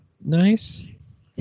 nice